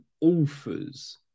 authors